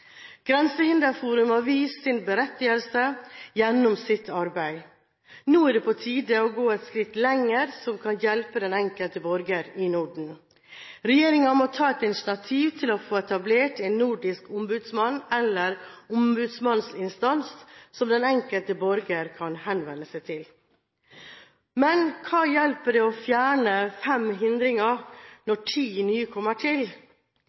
Grensehinderforum har vist sin berettigelse gjennom sitt arbeid. Nå er det på tide å gå et skritt lenger for å hjelpe den enkelte borger i Norden. Regjeringen må ta et initiativ til å få etablert en nordisk ombudsmann eller ombudsmannsinstans som den enkelte borger kan henvende seg til. Men hva hjelper det å fjerne fem hindringer når ti nye kommer til?